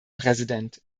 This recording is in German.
präsident